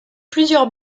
plusieurs